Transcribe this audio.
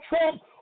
Trump